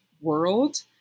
world